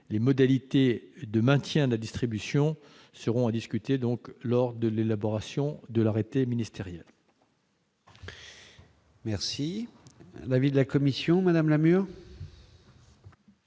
Les modalités de maintien de la distribution seront à discuter lors de l'élaboration de l'arrêté ministériel. Quel est l'avis de la commission ? Cet amendement